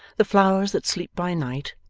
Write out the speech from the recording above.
the flowers that sleep by night,